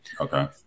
Okay